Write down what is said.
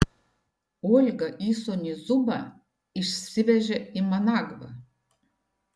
olga įsūnį zubą išsivežė į managvą